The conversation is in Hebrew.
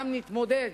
גם נתמודד,